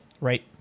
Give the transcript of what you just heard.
right